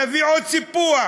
נביא עוד סיפוח.